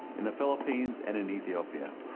in the philippines and in ethiopia.